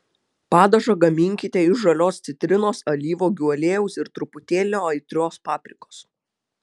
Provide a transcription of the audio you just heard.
padažą gaminkite iš žalios citrinos alyvuogių aliejaus ir truputėlio aitrios paprikos